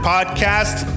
Podcast